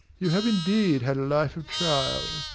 you have indeed had a life of trial.